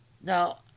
Now